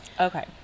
Okay